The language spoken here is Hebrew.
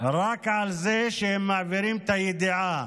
רק על זה שהם מעבירים את הידיעה,